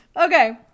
Okay